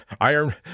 iron